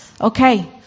okay